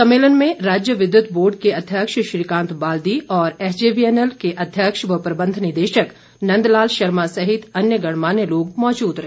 सम्मेलन में राज्य विद्युत बोर्ड के अध्यक्ष श्रीकांत बाल्दी और एसजेवीएनएल के अध्यक्ष व प्रबंध निदेशक नंद लाल शर्मा सहित अन्य गणमान्य लोग मौजूद रहे